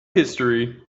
history